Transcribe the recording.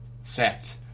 set